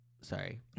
Sorry